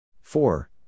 Four